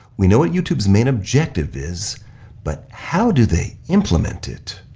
we know what youtube's main objective is but how do they implement it?